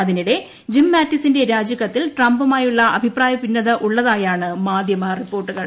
അതിനിടെ ജിം മാറ്റിസിന്റെ രാജിക്കത്തിൽ ട്രംപുമായുള്ള അഭിപ്രായ ഭിന്നത ഉള്ളതായാണ് മാധ്യമ റിപ്പോർട്ടുകൾ